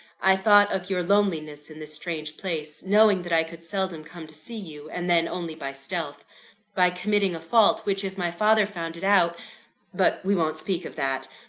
i thought of your loneliness in this strange place knowing that i could seldom come to see you, and then only by stealth by committing a fault which, if my father found it out but we won't speak of that!